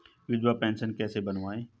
विधवा पेंशन कैसे बनवायें?